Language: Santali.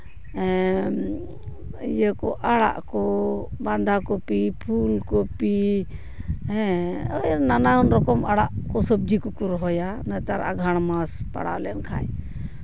ᱤᱭᱟᱹ ᱠᱚ ᱟᱲᱟᱜ ᱠᱚ ᱵᱟᱸᱫᱷᱟ ᱠᱚᱯᱤ ᱯᱷᱩᱞ ᱠᱚᱯᱤ ᱦᱮᱸ ᱱᱟᱱᱟ ᱨᱚᱠᱚᱢ ᱟᱲᱟᱜ ᱠᱚ ᱥᱚᱵᱽᱡᱤ ᱠᱚᱠᱚ ᱨᱚᱦᱚᱭᱟ ᱱᱮᱛᱟᱨ ᱟᱸᱜᱷᱟᱲ ᱢᱟᱥ ᱯᱟᱲᱟᱣ ᱞᱮᱱᱠᱷᱟᱱ